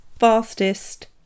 fastest